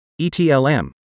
ETLM